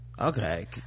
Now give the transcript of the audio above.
Okay